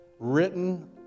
written